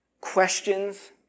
questions